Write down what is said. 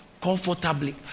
comfortably